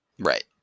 Right